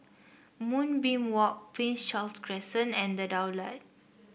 Moonbeam Walk Prince Charles Crescent and The Daulat